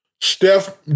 Steph